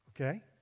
okay